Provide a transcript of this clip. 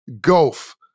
gulf